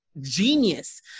genius